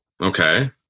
Okay